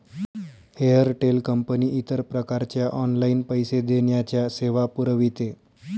Airtel company इतर प्रकारच्या online पैसे देण्याच्या सेवा पुरविते